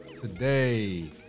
today